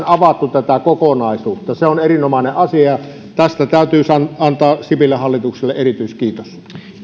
avattu tätä kokonaisuutta on erinomainen asia tästä täytyisi antaa sipilän hallitukselle erityiskiitos